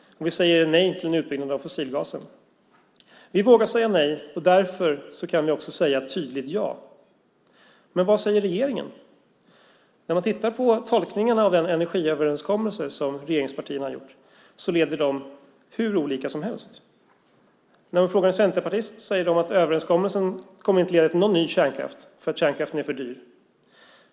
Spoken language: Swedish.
Vi säger nej till en utbyggnad av fossilgasen. Vi vågar säga nej, och därför kan vi också säga ett tydligt ja. Men vad säger regeringen? När man tittar på tolkningen av den energiöverenskommelse som regeringspartierna har gjort ser man att det leder hur olika som helst. När man frågar centerpartister säger de att överenskommelsen inte kommer att leda till någon ny kärnkraft därför att kärnkraften är för dyr.